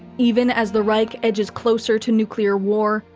even as the reich edges closer to nuclear war,